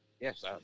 Yes